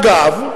אגב,